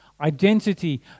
identity